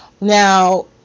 Now